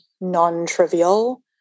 non-trivial